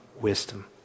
wisdom